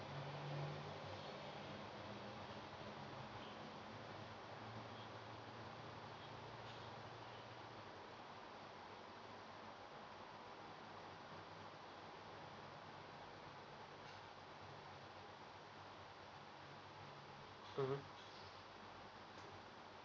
mmhmm